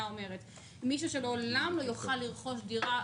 אומרת מישהו שלעולם לא יכול לרכוש דירה,